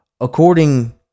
according